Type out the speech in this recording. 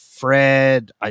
Fred